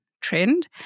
trend